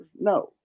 no